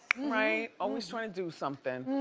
right, always trying to do something.